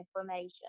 information